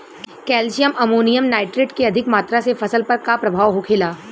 Calcium ammonium nitrate के अधिक मात्रा से फसल पर का प्रभाव होखेला?